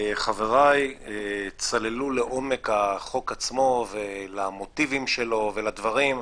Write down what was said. חבריי צללו לעומק החוק עצמו ולמוטיבים שלו ולדברים,